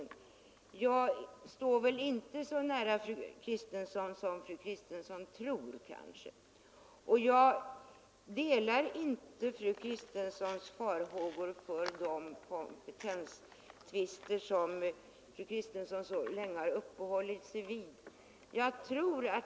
Jag står kanske inte så nära fru Kristensson som hon tror, och jag delar inte fru Kristenssons farhågor för de kompetenstvister som hon så länge har uppehållit sig vid.